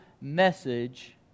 message